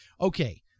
Okay